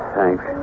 Thanks